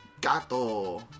Gato